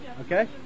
Okay